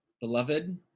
Beloved